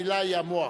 המלה היא "המוח".